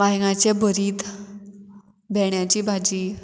वायंगाचे बरीत भेण्याची भाजी